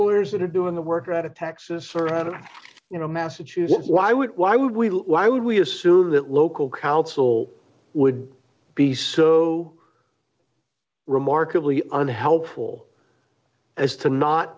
lawyers that is doing the work out of texas or out of you know massachusetts why would why would we look why would we assume that local counsel would be so remarkably unhelpful as to not